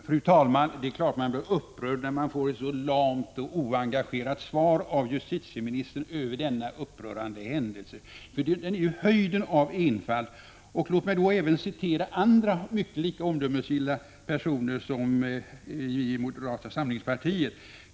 Fru talman! Det är klart man blir upprörd när man får ett så lamt och oengagerat svar av justitieministern om denna upprörande händelse. Den är ju höjden av enfald. Låt mig citera andra lika omdömesgilla personer som vi i moderata samlingspartiet.